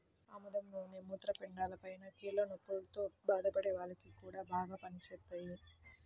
ఆముదం నూనె మూత్రపిండాలపైన, కీళ్ల నొప్పుల్తో బాధపడే వాల్లకి గూడా బాగా పనిజేత్తది